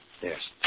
Yes